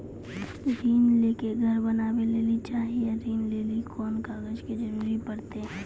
ऋण ले के घर बनावे लेली चाहे या ऋण लेली कोन कागज के जरूरी परतै?